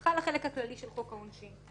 חל החלק הכללי של חוק העונשין.